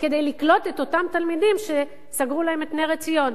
כדי לקלוט את אותם תלמידים שסגרו להם את "נר עציון"?